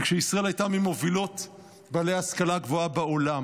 כשישראל הייתה ממובילות בעלי ההשכלה הגבוהה בעולם.